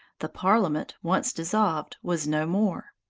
the parliament, once dissolved, was no more.